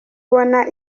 ubona